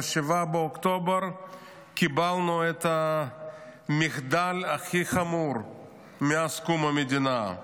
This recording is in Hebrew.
ב-7 באוקטובר קיבלנו את המחדל הכי חמור מאז קום המדינה.